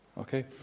okay